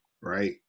right